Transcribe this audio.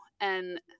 and-